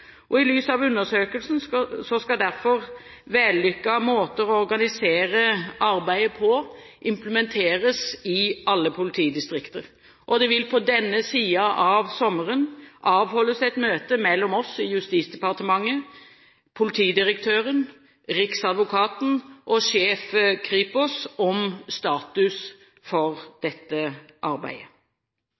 I lys av undersøkelsen skal derfor vellykkede måter å organisere arbeidet på implementeres i alle politidistrikter. Det vil på denne siden av sommeren avholdes et møte mellom oss i Justisdepartementet, Politidirektøren, Riksadvokaten og Sjef Kripos om status for dette arbeidet.